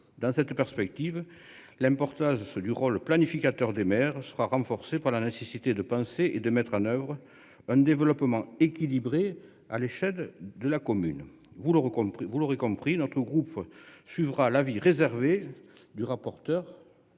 Dans cette perspective, l'importance de ce du rôle planificateur des mères sera renforcée par la nécessité de penser et de mettre en oeuvre un développement équilibré à l'échelle de la commune vous le, vous l'aurez compris, notre groupe suivra l'avis réservé du rapporteur